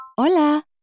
Hola